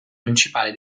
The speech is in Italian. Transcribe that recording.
principale